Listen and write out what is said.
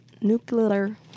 nuclear